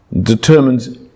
determines